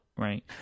right